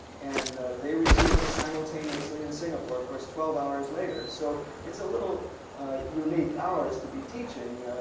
and they receive it simultaneously in singapore, of course, twelve hours later. so it's a little unique hours to be teaching,